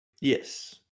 yes